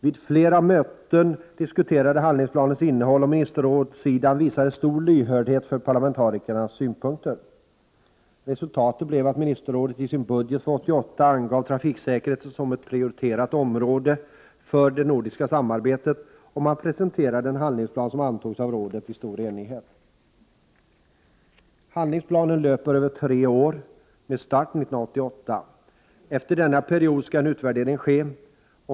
Vid flera möten diskuterades handlingsplanens innehåll, och ministerrådssidan visade stor lyhördhet för parlamentarikernas synpunkter. Resultatet blev att ministerrådet i sin budget för 1988 angav trafiksäkerheten som ett prioriterat område för det nordiska samarbetet, och man presenterade en handlingsplan som antogs av rådet i stor enighet. Handlingsplanen löper över tre år med start 1988. Efter denna period skall en utvärdering ske.